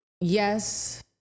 Yes